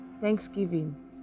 thanksgiving